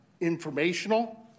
informational